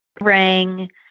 ring